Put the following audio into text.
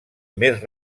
més